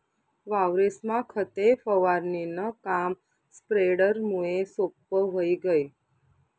वावरेस्मा खते फवारणीनं काम स्प्रेडरमुये सोप्पं व्हयी गय